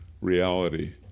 Reality